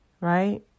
Right